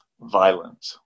violent